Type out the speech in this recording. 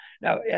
Now